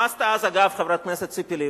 מה עשתה אז, אגב, חברת הכנסת ציפי לבני?